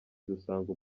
dusanga